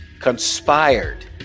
conspired